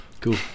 cool